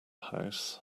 house